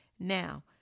Now